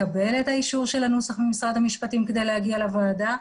לקבל את אישור הנוסח ממשרד המשפטים כדי להגיע לוועדה.